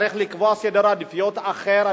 היה צריך לקבוע סדר עדיפויות אחר,